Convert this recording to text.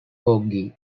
haughey